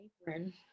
apron